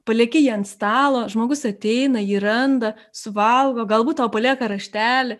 palieki jį ant stalo žmogus ateina jį randa suvalgo galbūt tau palieka raštelį